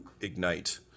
ignite